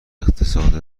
اقتصاد